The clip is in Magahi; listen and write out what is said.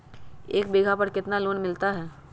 एक बीघा पर कितना लोन मिलता है?